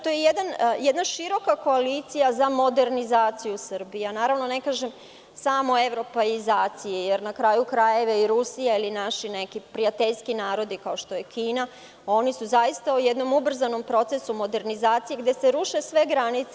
To je jedna široka koalicija za modernizaciju Srbije, ne kažem samo evropeizacije, jer na kraju krajeva, Rusija ili naši neki prijateljski narodi, kao što je Kina, su zaista u jednom ubrzanom procesu modernizacije, gde se ruše sve granice.